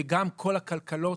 וגם כל הכלכלות